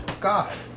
God